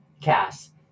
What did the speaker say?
cast